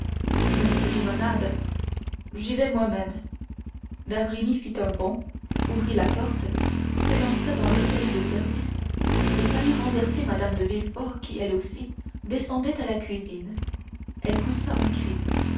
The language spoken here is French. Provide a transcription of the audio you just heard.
mais cette limonade j'y vais moi-même d'avrigny fit un bond ouvrit la porte s'élança dans l'escalier de service et faillit renverser madame de villefort qui elle aussi descendait à la cuisine elle poussa un cri